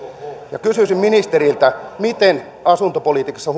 ja kysyisin ministeriltä miten asuntopolitiikassa